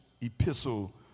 epistle